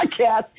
podcast